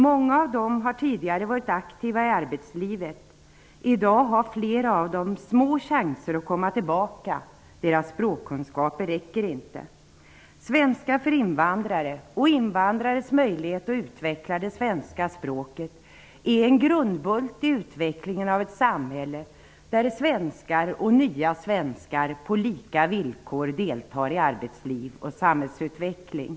Många av dem har tidigare deltagit aktivt i arbetslivet, men de har i dag små chanser att komma tillbaka därför att deras språkkunskaper inte räcker till. Svenska för invandrare och invandrares möjlighet att utveckla det svenska språket är en grundbult i utvecklingen av ett samhälle där svenskar och nya svenskar på lika villkor deltar i arbetsliv och samhällsutveckling.